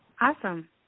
awesome